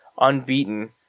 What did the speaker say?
unbeaten